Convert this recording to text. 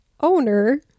owner